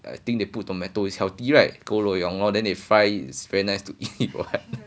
I think they put tomato is healthy right ku lou yok lor then they fry it is very nice to eat what